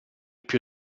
più